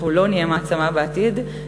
אם לא נלמד ילדים לחשוב ולבחור בתחום המדעי הזה,